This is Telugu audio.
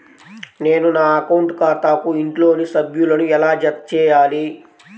నేను నా అకౌంట్ ఖాతాకు ఇంట్లోని సభ్యులను ఎలా జతచేయాలి?